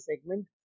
segment